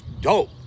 dope